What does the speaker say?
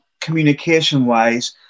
communication-wise